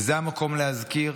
וזה המקום להזכיר